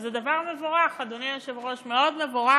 וזה דבר מבורך, אדוני היושב-ראש, מאוד מבורך